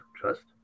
trust